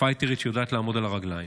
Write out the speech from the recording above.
פייטרית שיודעת לעמוד על הרגליים.